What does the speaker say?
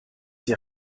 sie